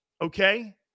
okay